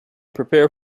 prepare